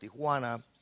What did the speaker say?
Tijuana